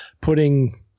putting –